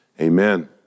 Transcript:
amen